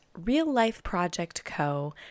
reallifeprojectco